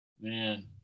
Man